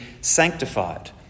sanctified